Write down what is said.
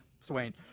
Swain